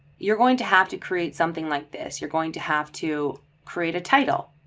you're going to have to create something like this, you're going to have to create a title.